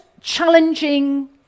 challenging